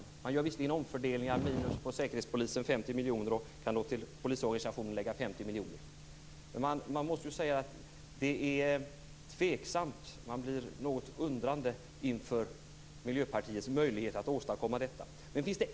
Visserligen gör man omfördelningar - man har ett minus på Säkerhetspolisen med 50 miljoner och kan därför till polisorganisationen lägga 50 miljoner - men jag måste ändå säga att detta är tveksamt. Jag blir något undrande inför Miljöpartiets möjlighet att åstadkomma detta.